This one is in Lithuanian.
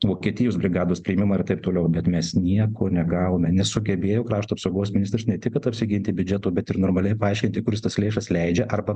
vokietijos brigados priėmimą ir taip toliau bet mes nieko negavome nesugebėjo krašto apsaugos ministras ne tik kad apsiginti biudžeto bet ir normaliai paaiškinti kur jis tas lėšas leidžia arba